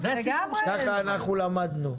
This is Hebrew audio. ככה אנחנו למדנו.